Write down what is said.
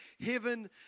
heaven